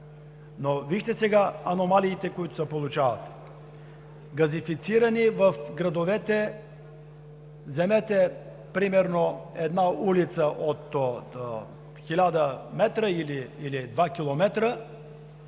Но вижте сега аномалиите, които се получават – газифициране в градовете, вземете примерно една улица от 1000 м или 2 км,